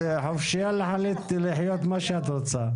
את חופשיה להחליט לחיות עם מה שאת רוצה.